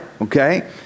okay